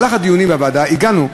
אך בדיונים בוועדה הגענו,